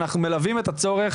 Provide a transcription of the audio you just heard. אנחנו מלווים את הצורך